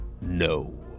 No